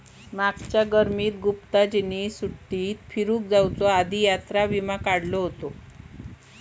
मागच्या गर्मीत गुप्ताजींनी सुट्टीत फिरूक जाउच्या आधी यात्रा विमा केलो हुतो